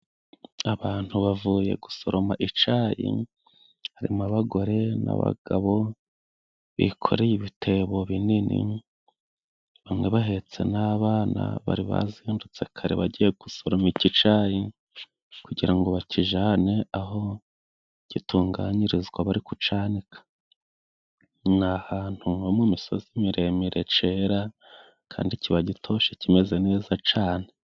Abantu bavuye gusoroma icayi, hari mo abagore n'abagabo bikoreye ibitebo binini, bamwe bahetse n'abana, bari bazindutse kare bagiye gusoroma ico cayi, kugira ngo bakijane aho gitunganirizwa bari kucanika. Ni ahantu nko mu imisozi miremire cera kandi kiba gitoshe cimeze neza cane.